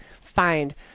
find